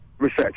research